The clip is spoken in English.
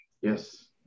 Yes